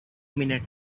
minute